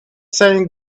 saying